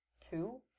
Two